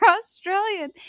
Australian